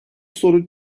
sorun